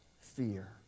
fear